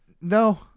No